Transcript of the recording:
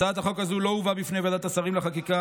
הצעת החוק הזו לא הובאה בפני ועדת שרים לחקיקה.